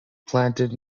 planted